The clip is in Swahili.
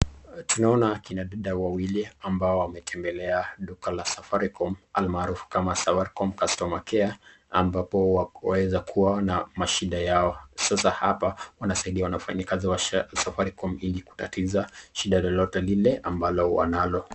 Tunaona kina dada wawili ambao wametembelea duka la Safaricom almaarufu kama Safaricom customer care ambapo waweza kuwa na mashida yao. Sasa hapa wanasaidiwa na wafanyikazi wa Safaricom ili kutatiza shida lolote lile ambalo wanalo.